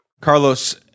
Carlos